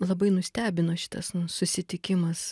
labai nustebino šitas nu susitikimas